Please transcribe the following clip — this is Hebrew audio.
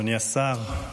אדוני השר,